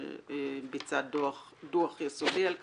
שביצע דוח יסודי על כך,